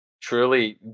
truly